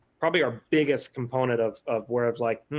probably our biggest component of of words like